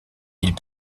ils